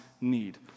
need